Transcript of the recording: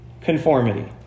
conformity